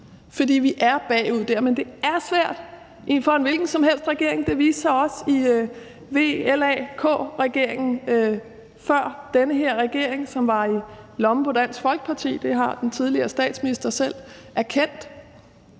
fordi vi er bagud der. Men det er svært for en hvilken som helst regering. Det viste sig også i VLAK-regeringen før den her regering, som var i lommen på Dansk Folkeparti – det har den tidligere statsminister selv erkendt